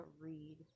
read